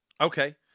Okay